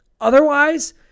Otherwise